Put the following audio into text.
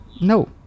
No